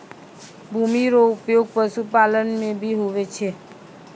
भूमि रो उपयोग पशुपालन मे भी हुवै छै